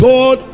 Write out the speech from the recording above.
God